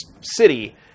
city